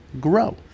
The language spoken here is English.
grow